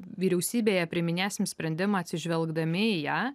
vyriausybėje priiminėsim sprendimą atsižvelgdami į ją